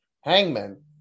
Hangman